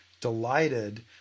delighted